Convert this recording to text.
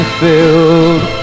filled